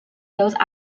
those